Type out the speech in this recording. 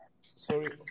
Sorry